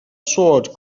sword